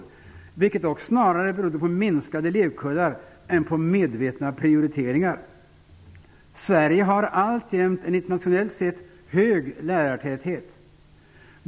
Det berodde dock snarare på minskade elevkullar än på medvetna prioriteringar. Sverige har alltjämt en internationellt sett hög lärartäthet.